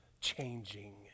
changing